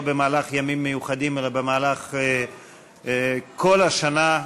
לא במהלך ימים מיוחדים אלא במהלך כל השנה,